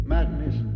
Madness